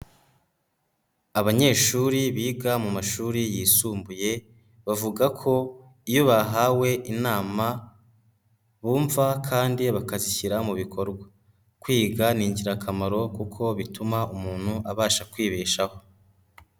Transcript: Abanyeshuri biga mu mashuri yisumbuye bavuga ko iyo bahawe inama bumva kandi bagashyira mu bikorwa, kwiga ni ingirakamaro kuko bituma umuntu abasha kwibeshaho.